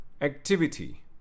activity